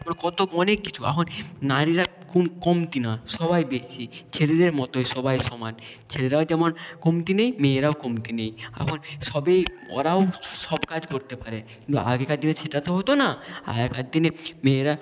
ওর কত অনেক কিছু এখন নারীরা কমতি না সবাই বেশি ছেলেদের মতোই সবাই সমান ছেলেরাও যেমন কমতি নেই মেয়েরাও কমতি নেই এখন সবই ওরাও সব কাজ করতে পারে কিন্তু আগেকার দিনে সেটাতো হতো না আগেকার দিনে মেয়েরা কেমন কাজ